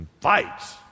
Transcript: fights